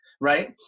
right